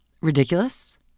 Ridiculous